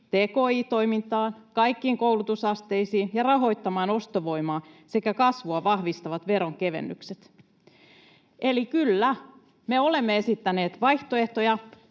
tki-toimintaan, kaikkiin koulutusasteisiin, ja rahoittamaan ostovoimaa sekä kasvua vahvistavia veronkevennyksiä. Eli kyllä, me olemme esittäneet vaihtoehtoja.